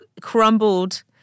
crumbled